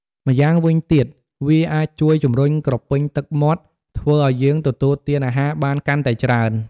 ម្យ៉ាងវិញទៀត វាអាចជួយជំរុញក្រពេញទឹកមាត់ ធ្វើឱ្យយើងទទួលទានអាហារបានកាន់តែច្រើន ។